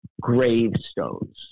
gravestones